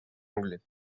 anglais